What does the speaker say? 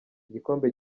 igikombe